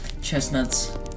chestnuts